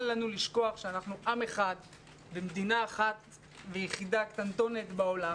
אל לנו לשכוח שאנחנו עם אחד ומדינה אחת ויחידה קטנטונת בעולם.